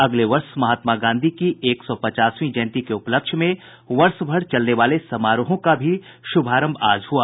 अगले वर्ष महात्मा गांधी की एक सौ पचासवीं जयंती के उपलक्ष्य में वर्षभर चलने वाले समारोहों का शुभारंभ भी आज हुआ